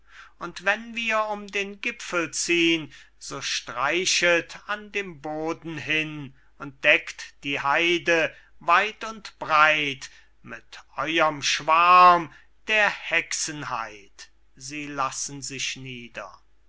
und wenn wir um den gipfel ziehn so streichet an dem boden hin und deckt die heide weit und breit mit eurem schwarm der hexenheit sie lassen sich nieder